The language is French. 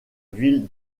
ville